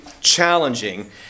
challenging